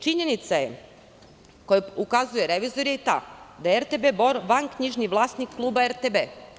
Činjenica je koju ukazuje revizor je ta da je RTB Bor vanknjižni vlasnik kluba RTB.